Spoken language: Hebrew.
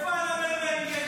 איפה הנמר?